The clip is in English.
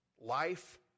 Life